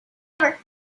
however